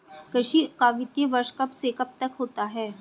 कृषि का वित्तीय वर्ष कब से कब तक होता है?